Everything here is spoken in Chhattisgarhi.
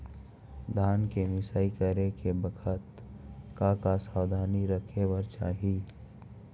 धान के मिसाई करे के बखत का का सावधानी रखें बर चाही?